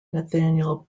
nathaniel